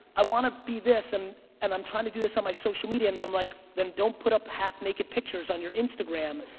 i wanna be this and and i'm tryna do this on my social media and i'm like then don't put up half naked pictures on your instagram.